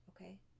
Okay